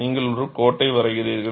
நீங்கள் இந்த கோட்டை வரைகிறீர்கள்